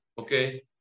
Okay